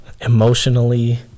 Emotionally